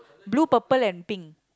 blue purple and pink